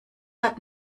hat